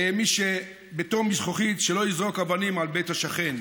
מי שביתו מזכוכית, שלא יזרוק אבנים על בית השכן.